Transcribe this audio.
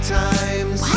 times